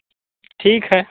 ठीक है